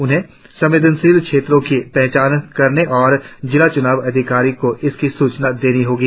उन्हें संवेदनशील क्षेत्रों की पहचान करने और जिला चुनाव अधिकारी को इसकी सूचना देना होगा